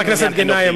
חבר הכנסת גנאים,